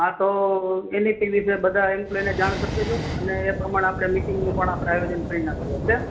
હા તો એની ટીવી સિવાય બધા એમ્પ્લોયને જાણ કહે દેજો અને એ પ્રમાણે આપડે મીટીંગનું પણ આપણે આયોજન કરી નાખીએ ઓકે